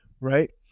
right